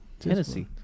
Tennessee